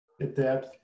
adapt